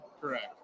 Correct